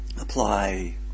apply